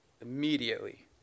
Immediately